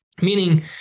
Meaning